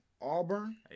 Auburn